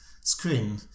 screen